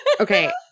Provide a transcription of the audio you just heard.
Okay